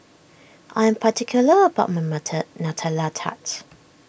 I am particular about my Nutella Tarts